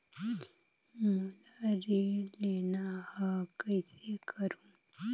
मोला ऋण लेना ह, कइसे करहुँ?